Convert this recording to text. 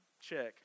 check